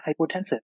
hypotensive